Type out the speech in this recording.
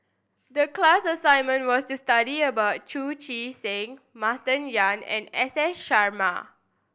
the class assignment was to study about Chu Chee Seng Martin Yan and S S Sarma